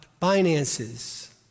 finances